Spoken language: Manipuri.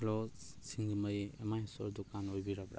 ꯍꯂꯣ ꯁꯤꯡꯖꯃꯩ ꯑꯦꯝꯃꯥꯏ ꯏꯁꯇꯣꯔ ꯗꯨꯀꯥꯟ ꯑꯣꯏꯕꯤꯔꯕ꯭ꯔꯥ